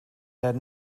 had